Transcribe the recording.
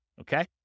Okay